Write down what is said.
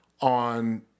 on